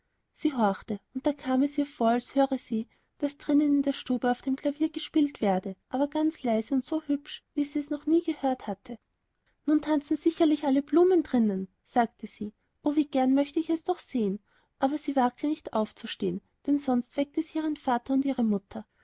sie horchte und da kam es ihr vor als höre sie daß drinnen in der stube auf dem klavier gespielt werde aber ganz leise und so hübsch wie sie es nie gehört hatte nun tanzen sicherlich alle blumen drinnen sagte sie o wie gern möchte ich es doch sehen aber sie wagte nicht aufzustehen denn sonst weckte sie ihren vater und ihre mutter